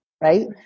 right